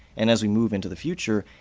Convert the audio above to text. and as we move into the future,